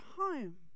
home